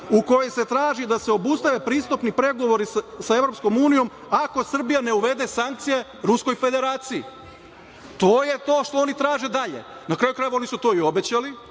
u kojoj se traži da se obustave pristupni pregovori sa EU ako Srbija ne uvede sankcije Ruskoj Federaciji. To je to što oni traže dalje. Na kraju krajeva, oni su to i obećali